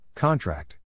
Contract